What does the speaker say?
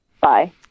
Bye